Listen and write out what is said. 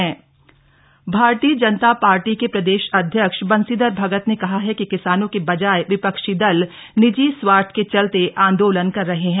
बंशीधर भगत कषि कानन भारतीय जनता पार्टी के प्रदेश अध्यक्ष बंशीधर भगत ने कहा है कि किसानों के बजाए विपक्षी दल निजी स्वार्थ के चलते आंदोलन कर रहे हैं